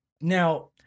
Now